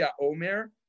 omer